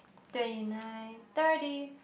twenty nine thirty